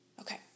Okay